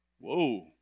Whoa